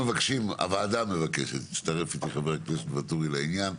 הוועדה מבקשת לצרף את חבר הכנסת ואטורי לעניין,